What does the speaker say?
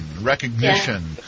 recognition